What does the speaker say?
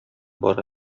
бара